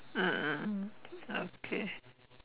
mm mm okay